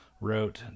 wrote